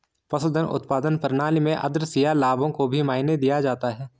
पशुधन उत्पादन प्रणाली में आद्रशिया लाभों को भी मायने दिया जाता है